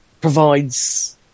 provides